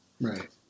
Right